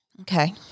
okay